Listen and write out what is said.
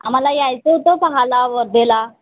आम्हाला यायचं होतं पाहायला वर्धेला